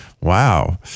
Wow